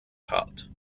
cut